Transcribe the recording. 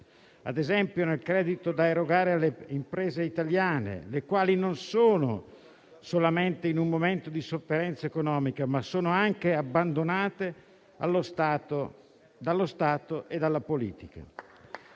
ad esempio nel credito da erogare alle imprese italiane, le quali non solo sono in un momento di sofferenza economica, ma sono anche abbandonate dallo Stato e dalla politica.